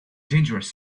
dangerous